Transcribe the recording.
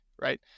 right